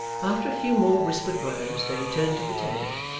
after a few more whispered words, they returned to the table,